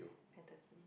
fantasy